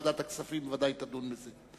ועדת הכספים בוודאי תדון בזה.